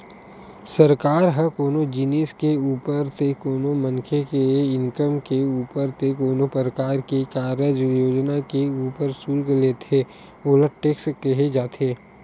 सरकार ह कोनो जिनिस के ऊपर ते कोनो मनखे के इनकम के ऊपर ते कोनो परकार के कारज योजना के ऊपर सुल्क लेथे ओला टेक्स केहे जाथे